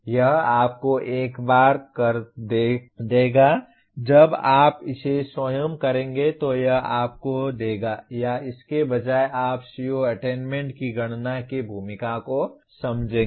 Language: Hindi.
यह आपको एक बार कर देगा जब आप इसे स्वयं करेंगे तो यह आपको देगा या इसके बजाय आप CO अटेन्मेन्ट की गणना की भूमिका को समझेंगे